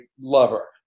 lover